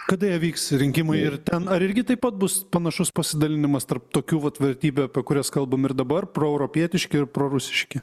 kada jie vyks rinkimai ir ten ar irgi taip pat bus panašus pasidalinimas tarp tokių vat vertybių apie kurias kalbam ir dabar proeuropietiški ir prorusiški